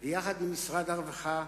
ויחד עם משרד הרווחה,